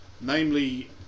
namely